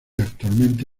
actualmente